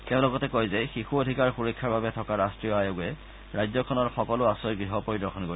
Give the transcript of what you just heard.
তেওঁ লগতে কয় যে শিশু অধিকাৰ সুৰক্ষাৰ বাবে থকা ৰাষ্টীয় আয়োগে ৰাজ্যখনৰ সকলো আশ্ৰয় গৃহ পৰিদৰ্শন কৰিব